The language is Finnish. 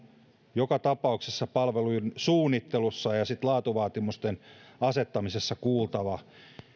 joka tapauksessa palvelujen suunnittelussa ja ja sitten laatuvaatimusten asettamisessa kuultava